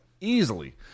easily